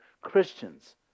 Christians